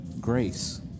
grace